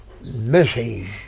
message